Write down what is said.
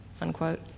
unquote